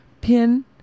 pin